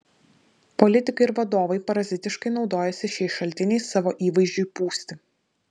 politikai ir vadovai parazitiškai naudojasi šiais šaltiniais savo įvaizdžiui pūsti